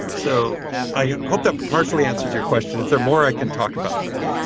so i hope that partially answers your questions. is there more i can talk about there?